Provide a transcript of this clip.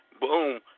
Boom